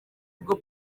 bwo